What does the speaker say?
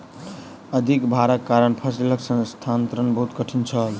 अधिक भारक कारण फसिलक स्थानांतरण बहुत कठिन छल